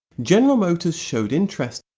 general motors showed interest,